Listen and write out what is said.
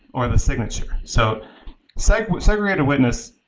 or the signature. so so segregated witness,